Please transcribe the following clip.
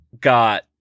got